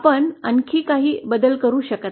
आपण आणखी काही बदल करू शकत नाही